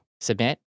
submit